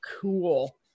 Cool